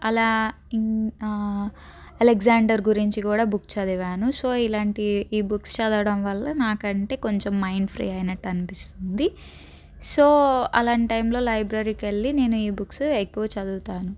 అలా in Alexander గురించి కూడా బుక్ చదివాను సో ఇలాంటి ఈ బుక్స్ చదవడం వల్ల నాకంటే కొంచెం మైండ్ ఫ్రీ అయినట్టు అనిపిస్తుంది సో అలాంటి టైంలో లైబ్రరీకి వెళ్ళి నేను ఈ బుక్స్ ఎక్కువ చదువుతాను